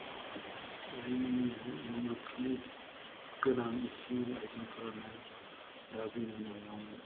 जोंनि मोब्लिब गोनां इसिंआरि आइजेंफोरानो दा जोङो न'आव